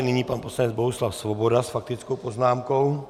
Nyní pan poslanec Bohuslav Svoboda s faktickou poznámkou.